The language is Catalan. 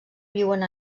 viuen